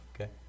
Okay